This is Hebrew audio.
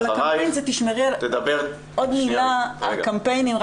עוד מילה על הקמפיינים.